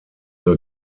the